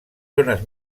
zones